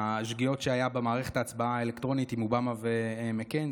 השגיאות שהיו במערכת ההצבעה האלקטרונית עם אובמה ומקיין,